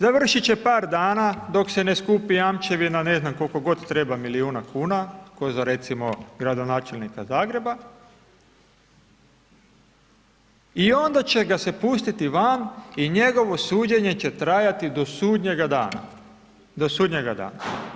Završit će par dana dok se ne skupi jamčevina ne znam koliko god treba milijuna kuna, kao za recimo gradonačelnika Zagreba i onda će ga se pustiti van i njegovo suđenje će trajati do sudnjega dana, do sudnjega dana.